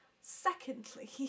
secondly